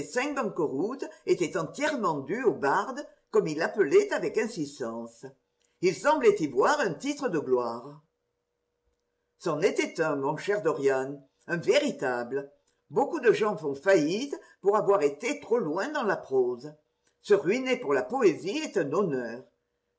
étaient entièrement dues au barde comme il l'appelait avec insistance il semblait y voir un titre de gloire c'en était un mon cher dorian un véritable beaucoup de gens font faillite pour avoir été trop loin dans la prose se ruiner pour la poésie est un honneur